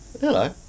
hello